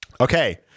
Okay